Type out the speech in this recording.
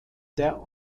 der